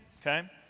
okay